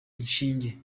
inshinge